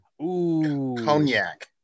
cognac